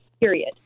period